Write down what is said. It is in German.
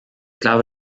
glaube